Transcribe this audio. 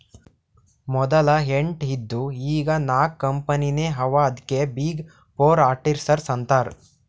ಮದಲ ಎಂಟ್ ಇದ್ದು ಈಗ್ ನಾಕ್ ಕಂಪನಿನೇ ಅವಾ ಅದ್ಕೆ ಬಿಗ್ ಫೋರ್ ಅಡಿಟರ್ಸ್ ಅಂತಾರ್